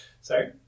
Sorry